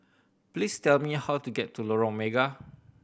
please tell me how to get to Lorong Mega